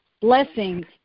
blessings